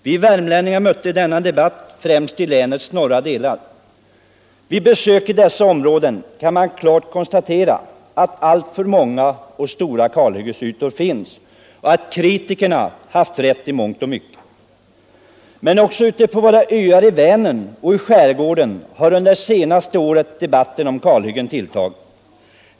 Vi värmlänningar mötte denna debatt främst i länets norra delar. Vid besök i dessa områden kan man klart konstatera att det finns allför många och stora kalhyggen och att kritikerna haft rätt i mångt och mycket. Men också ute på våra öar i Vänern och i skärgården har under senaste året debatten om kalhyggen tilltagit.